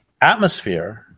atmosphere